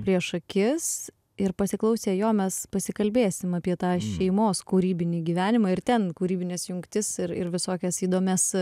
prieš akis ir pasiklausę jo mes pasikalbėsim apie tą šeimos kūrybinį gyvenimą ir ten kūrybines jungtis ir ir visokias įdomias